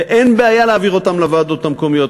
ואין בעיה להעביר אותן לוועדות המקומיות,